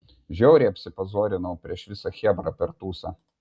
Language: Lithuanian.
žiauriai apsipazorinau prieš visą chebrą per tūsą